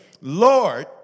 Lord